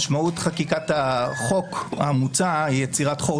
משמעות חקיקת החוק המוצע היא יצירת חור